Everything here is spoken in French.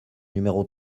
numéro